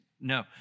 no